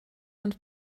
und